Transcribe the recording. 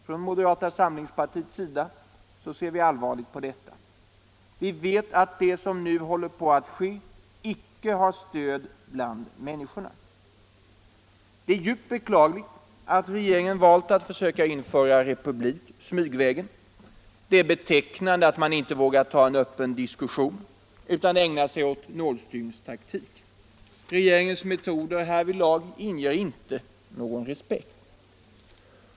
Från moderata samlingspartiets sida ser vi allvarligt på detta om det skulle vara riktigt. Vi vet att det som nu håller på att ske icke — Slopande av har stöd bland människorna. beteckningen Det är djupt beklagligt att regeringen uppenbarligen valt att försöka — Kungliginamnet på införa republik smygvägen. Det är betecknande att man inte vågar ta = statliga myndigheen öppen diskussion utan ägnar sig åt nålstygnstaktik. ter Regeringens metoder härvidlag inger inte någon respekt.